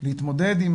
להתמודד עם